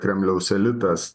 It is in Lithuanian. kremliaus elitas